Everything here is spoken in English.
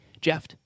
Jeff